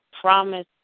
promise